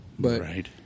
Right